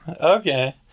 Okay